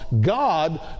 God